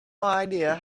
idea